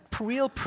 real